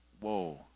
whoa